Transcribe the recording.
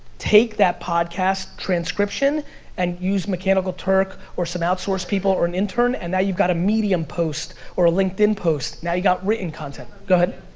take that podcast transcription and use mechanical turk or some outsource people or an intern, and now you've got a medium post or a linkedin post, now you've got written content, go